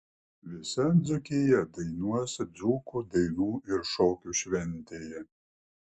visa dzūkija dainuos dzūkų dainų ir šokių šventėje